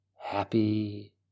happy